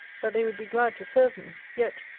that they would be glad to serve me yet,